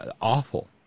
Awful